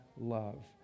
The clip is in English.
Love